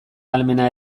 ahalmena